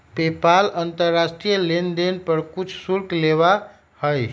PayPal अंतर्राष्ट्रीय लेनदेन पर कुछ शुल्क लेबा हई